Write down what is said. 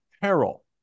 peril